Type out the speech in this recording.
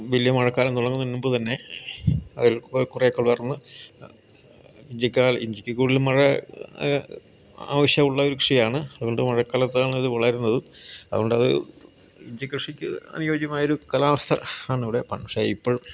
വലിയ മഴക്കാലം തുടങ്ങന്നതിനു മുമ്പുതന്നെ അതിൽ കുറേ കുറെ കുതിർന്ന് ഇഞ്ചിയെക്കാൾ ഇഞ്ചിക്ക് കൂടുതൽ മഴ ആവശ്യമുള്ള ഒരു കൃഷിയാണ് അതുകൊണ്ട് മഴക്കാലത്താണ് ഇത് വളരുന്നതും അതുകൊണ്ടത് ഇഞ്ചിക്കൃഷിക്ക് അനുയോജ്യമായൊരു കാലാവസ്ഥ ആണ് ഇവിടെ പക്ഷെ ഇപ്പോൾ